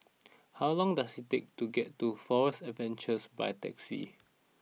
how long does it take to get to Forest Adventures by taxi